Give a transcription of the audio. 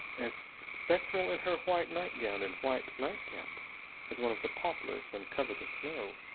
as spectral in her white nightgown and white nightcap as one of the poplars when covered with snow.